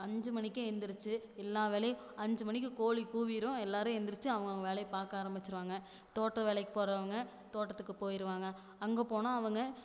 அஞ்சு மணிக்கே எழுந்திரிச்சி எல்லா வேலையும் அஞ்சு மணிக்கு கோழி கூவிடும் எல்லோரும் எழுந்திரிச்சு அவங்கவுங்க வேலையை பார்க்க ஆரம்பிச்சிடுவாங்க தோட்ட வேலைக்கு போறவங்க தோட்டத்துக்கு போயிடுவாங்க அங்கே போனால் அவங்க